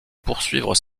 poursuivre